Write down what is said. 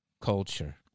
culture